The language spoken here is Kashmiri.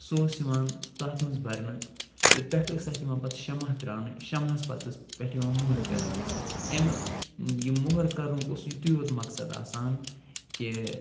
سُہ اوس یِوان تَتھ منٛز برنہٕ تہٕ پٮ۪ٹھٕ ٲس تَتھ یِوان پتہٕ شمع ترٛاونہٕ شمہس پتہٕ ٲس پٮ۪ٹھٕ یِوان مۄہر کرنہٕ اَمہِ یہِ مۄہر کرنُک اوس یِتُے یوت مقصد آسان کہِ